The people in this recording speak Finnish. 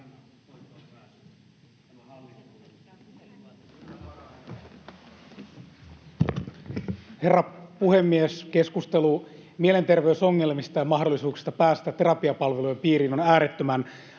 Herra puhemies! Keskustelu mielenterveysongelmista ja mahdollisuuksista päästä terapiapalveluiden piiriin on äärettömän